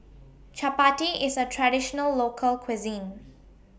Chapati IS A Traditional Local Cuisine